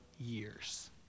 years